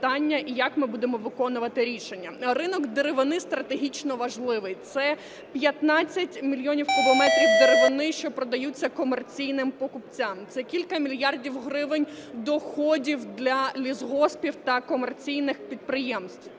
як ми будемо виконувати рішення. Ринок деревини стратегічно важливий: це 15 мільйонів кубометрів деревини, що продаються комерційним покупцям, це кілька мільярдів гривень доходів для лісгоспів та комерційних підприємств.